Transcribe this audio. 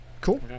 Cool